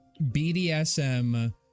BDSM